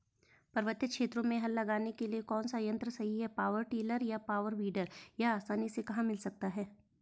पर्वतीय क्षेत्रों में हल लगाने के लिए कौन सा यन्त्र सही है पावर टिलर या पावर वीडर यह आसानी से कहाँ मिल सकता है?